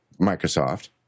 Microsoft